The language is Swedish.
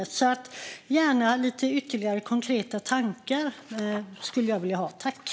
Jag skulle därför gärna vilja ta del av lite ytterligare konkreta tankar.